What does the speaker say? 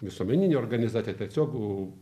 visuomeninė organizacija tiesiog